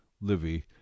Livy